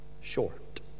short